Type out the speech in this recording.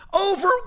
Over